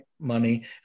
money